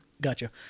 Gotcha